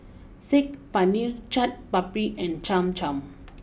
Saag Paneer Chaat Papri and Cham Cham